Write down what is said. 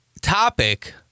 topic